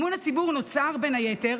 אמון הציבור נוצר, בין היתר,